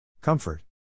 Comfort